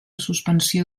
suspensió